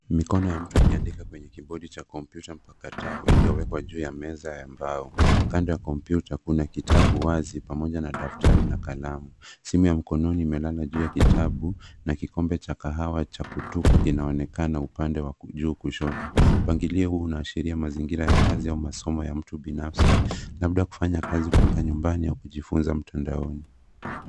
Mikono ya mtu ikiandika kwenye kibodi cha kompyuta mpakato iliyowekwa juu ya meza ya mbao. Kando ya kompyuta kuna kitabu wazi pamoja na daftari na kalamu. Simu ya mkononi imelala juu ya kitabu na kikombe cha kahawa cha kutupa kinaonekana upande wa juu kushoto. Mpangilio huu unaashiria mazingira ya kazi au masomo ya mtu binafsi labda kufanya kazi kutoka nyumbani au kujifunza mtandaoni.